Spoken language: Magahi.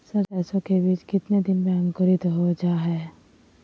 सरसो के बीज कितने दिन में अंकुरीत हो जा हाय?